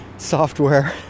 software